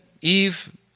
Eve